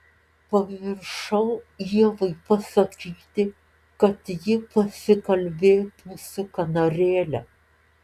pamiršau ievai pasakyti kad ji pasikalbėtų su kanarėle